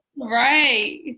right